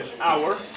hour